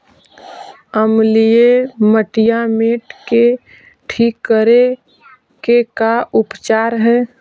अमलिय मटियामेट के ठिक करे के का उपचार है?